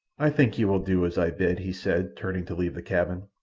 i think you will do as i bid, he said, turning to leave the cabin.